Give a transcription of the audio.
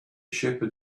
shepherd